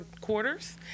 quarters